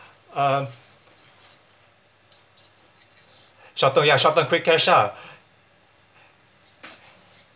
um short term ya short term quick cash ah